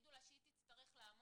ותגידו לה שהיא תצטרך לעמוד